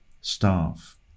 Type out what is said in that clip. staff